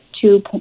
two